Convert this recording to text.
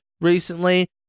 recently